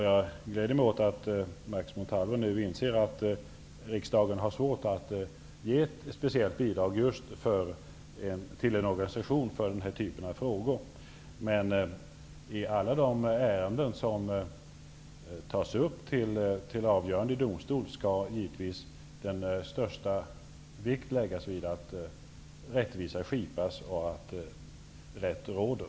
Jag gläder mig åt att Max Montalvo nu inser att riksdagen har svårt att ge speciellt bidrag till en organisation för den här typen av frågor. I alla de ärenden som tas upp till avgörande i domstol skall man naturligtvis lägga stor vikt vid att rättvisa skipas och att rätt råder.